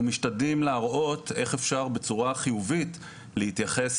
אנחנו משתדלים להראות איך בצורה חיובית אפשר להתייחס